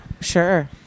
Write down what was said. Sure